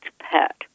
pet